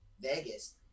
vegas